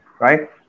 right